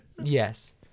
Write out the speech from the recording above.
Yes